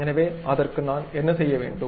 எனவே அதற்க்கு நான் என்ன செய்ய வேண்டும்